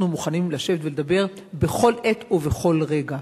אנחנו מוכנים לשבת ולדבר בכל עת ובכל רגע.